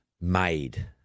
made